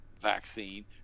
vaccine